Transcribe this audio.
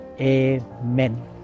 amen